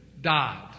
died